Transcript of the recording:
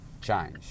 change